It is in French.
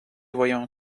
voyons